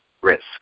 risk